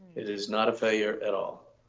it is not a failure at all.